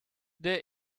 there